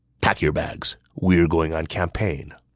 pack your bags. we're going on campaign.